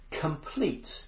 complete